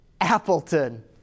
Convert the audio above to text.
Appleton